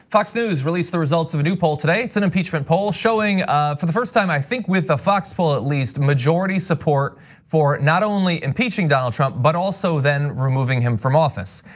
fox news released the results of a new poll today. it's an impeachment poll showing for the first time i think with a fox full at least majority support for not only impeaching donald trump, but also then removing him from office.